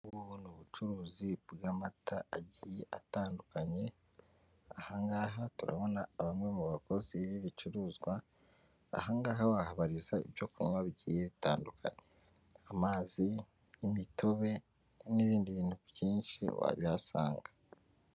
Ubu ngubu ni ubucuruzi bw'amata agiye atandukanye, aha ngaha turabona bamwe mu bakozi b'ibicuruzwa, aha ngaha wahabariza ibyo kunywa bigiye bitandukanye amazi, imitobe n'ibindi bintu byinshi wabihasanga.